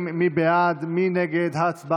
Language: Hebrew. זו